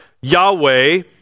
Yahweh